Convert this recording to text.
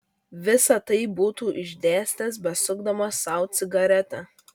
visa tai būtų išdėstęs besukdamas sau cigaretę